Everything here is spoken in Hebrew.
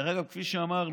דרך אגב, כפי שאמרנו,